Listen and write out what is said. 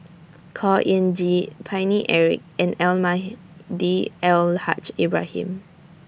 Khor Ean Ghee Paine Eric and Almahdi Al Haj Ibrahim